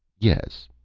yes,